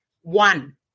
one